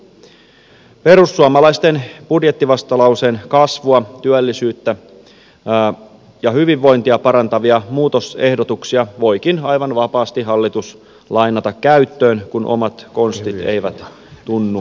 perussuomalaisten budjettivastalauseen kasvua työllisyyttä ja hyvinvointia parantavia muutosehdotuksia voikin aivan vapaasti hallitus lainata käyttöön kun omat konstit eivät tunnu riittävän